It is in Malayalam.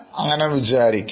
അങ്ങനെ വിചാരിക്കാം